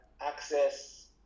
Access